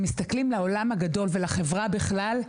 מסתכלים על העולם הגדול ועל החברה בכלל.